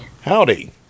Howdy